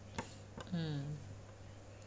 mm